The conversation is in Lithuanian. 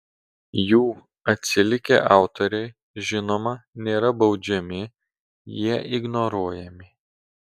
jų atsilikę autoriai žinoma nėra baudžiami jie ignoruojami